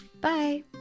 Bye